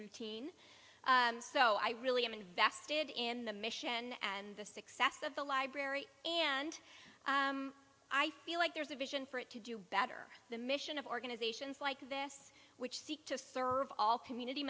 routine so i really am invested in the mission and the success of the library and i feel like there's a vision for it to do better the mission of organizations like this which seek to serve all community